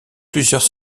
plusieurs